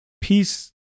peace